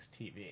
TV